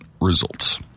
results